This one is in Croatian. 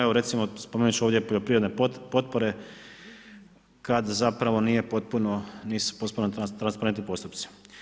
Evo, recimo, spomenuti ću ovdje poljoprivredne potpore kad zapravo nije potpuno, nisu potpuno transparentni postupci.